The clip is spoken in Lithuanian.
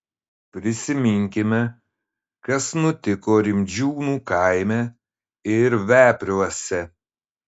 prisiminkime kas nutiko rimdžiūnų kaime ir vepriuose